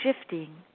shifting